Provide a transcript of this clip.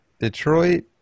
Detroit